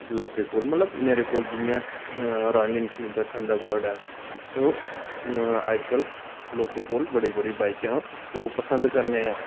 लोकें कोल मतलब मेरे कोल जि'यां ऐ रॉयल इन्फील्ड दा थंडरवर्ड ऐ ते ओह् अजकल लोकें कोल बड़ी बड़ी बाइकां लोग पसंद करने आं